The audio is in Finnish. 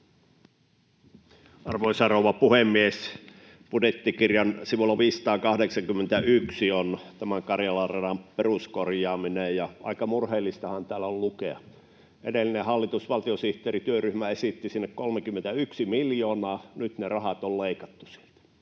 Arvoisa rouva puhemies! Budjettikirjan sivulla 581 on Karjalan radan peruskorjaaminen, ja aika murheellistahan tätä on lukea. Edellinen hallitus, valtiosihteerityöryhmä, esitti sinne 31 miljoonaa, ja nyt ne rahat on leikattu sieltä.